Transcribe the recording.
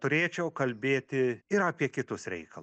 turėčiau kalbėti ir apie kitus reikal